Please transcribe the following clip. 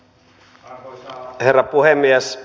arvoisa herra puhemies